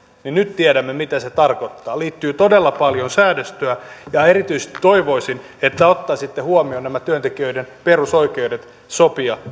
niin nyt tiedämme mitä se tarkoittaa liittyy todella paljon säädöstöä ja erityisesti toivoisin että ottaisitte huomioon nämä työntekijöiden perusoikeudet sopia